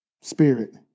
Spirit